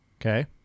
okay